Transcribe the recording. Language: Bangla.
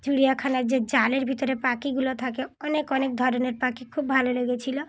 চিড়িয়াখানায় যে জালের ভিতরে পাখিগুলো থাকে অনেক অনেক ধরনের পাখি খুব ভালো লেগেছিল